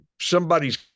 somebody's